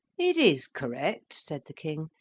it is correct, said the king,